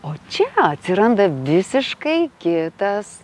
o čia atsiranda visiškai kitas